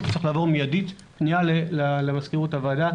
הוא צריך לעבור מיידית פנייה למזכירות הוועדה.